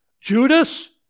Judas